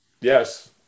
Yes